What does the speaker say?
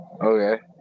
Okay